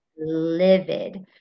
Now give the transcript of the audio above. livid